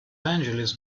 angeles